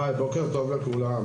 בוקר טוב לכולם.